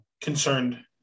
concerned